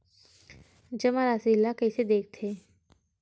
जमा राशि ला कइसे देखथे?